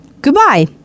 goodbye